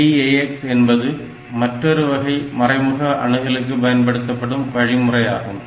LDAX என்பது மற்றொரு வகை மறைமுக அணுக்கலுக்கு பயன்படுத்தப்படும் வழிமுறையாகும்